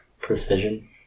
Precision